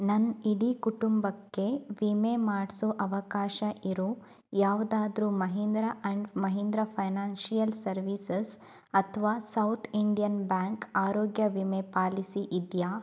ನನ್ನ ಇಡೀ ಕುಟುಂಬಕ್ಕೆ ವಿಮೆ ಮಾಡಿಸೋ ಅವಕಾಶ ಇರೋ ಯಾವುದಾದರು Mahindra and Mahindra Financial Services ಅಥವಾ ಸೌತ್ ಇಂಡಿಯನ್ ಬ್ಯಾಂಕ್ ಆರೋಗ್ಯ ವಿಮೆ ಪಾಲಿಸಿ ಇದೆಯಾ